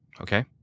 Okay